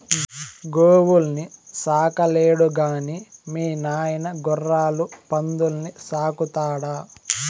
గోవుల్ని సాకలేడు గాని మీ నాయన గుర్రాలు పందుల్ని సాకుతాడా